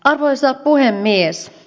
arvoisa puhemies